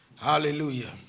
Hallelujah